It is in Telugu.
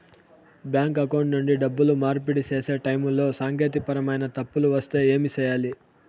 బ్యాంకు అకౌంట్ నుండి డబ్బులు మార్పిడి సేసే టైములో సాంకేతికపరమైన తప్పులు వస్తే ఏమి సేయాలి